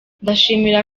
ndashimira